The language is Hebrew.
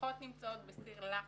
המשפחות נמצאות בסיר לחץ,